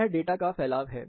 यह डाटा का फैलाव है